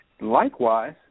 Likewise